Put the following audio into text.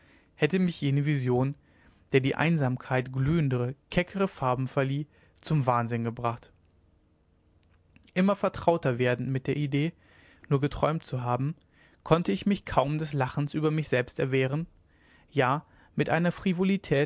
hätte mich jene vision der die einsamkeit glühendere keckere farben lieh zum wahnsinn gebracht immer vertrauter werdend mit der idee nur geträumt zu haben konnte ich mich kaum des lachens über mich selbst erwehren ja mit einer